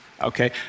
okay